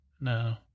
No